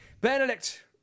Benedict